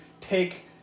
take